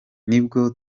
nibwo